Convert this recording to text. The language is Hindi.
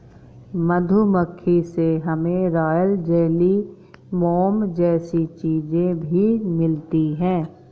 मधुमक्खी से हमे रॉयल जेली, मोम जैसी चीजे भी मिलती है